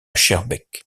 schaerbeek